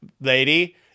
lady